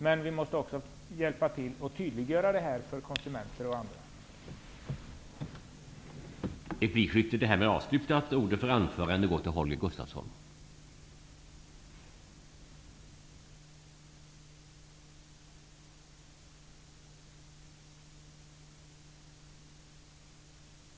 Men vi måste hjälpa till att tydliggöra för konsumenter och andra vad det handlar om.